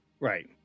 right